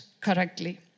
correctly